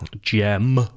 Gem